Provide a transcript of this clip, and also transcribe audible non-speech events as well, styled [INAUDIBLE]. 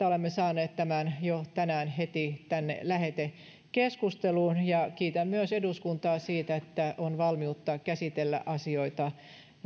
[UNINTELLIGIBLE] olemme saaneet tämän jo heti tänään tänne lähetekeskusteluun ja kiitän myös eduskuntaa siitä että on valmiutta käsitellä asioita